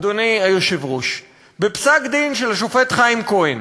אדוני היושב-ראש, בפסק-דין של השופט חיים כהן,